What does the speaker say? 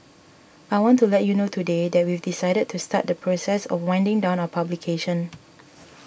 I want to let you know today that we've decided to start the process of winding down our publication